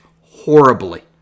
horribly